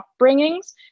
upbringings